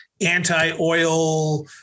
anti-oil